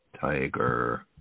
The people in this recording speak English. Tiger